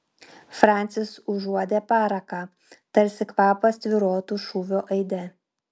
francis užuodė paraką tarsi kvapas tvyrotų šūvio aide